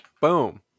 Boom